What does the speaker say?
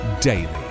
daily